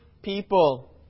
People